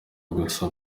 gusa